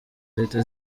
zihita